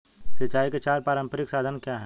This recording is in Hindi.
सिंचाई के चार पारंपरिक साधन क्या हैं?